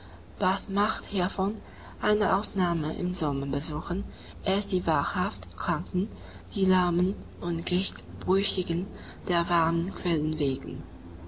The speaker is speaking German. bath macht hiervon eine ausnahme im sommer besuchen es die wahrhaft kranken die lahmen und gichtbrüchigen der warmen quellen wegen